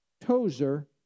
Tozer